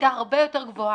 היתה הרבה יותר גבוהה.